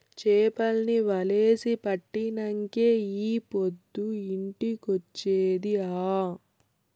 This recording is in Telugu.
చేపల్ని వలేసి పట్టినంకే ఈ పొద్దు ఇంటికొచ్చేది ఆ